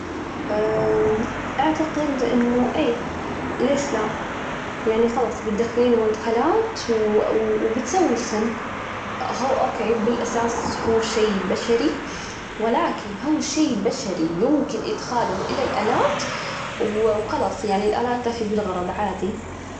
أعتقد إنه إيه ليش لا؟ يعني خلاص بتدخلي مدخلات وبتسوي الفن أوكي بالأساس هو شي بشري، ولكن هو شي بشري يمكن إدخاله إلى الآلات وخلاص يعني الآلات تفي بالغرض عادي.